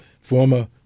Former